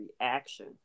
reaction